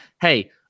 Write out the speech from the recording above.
Hey